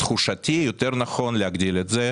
לתחושתי, יותר נכון יהיה להגדיל את זה.